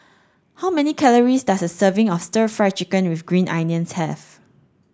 how many calories does a serving of stir fried chicken with ginger onions have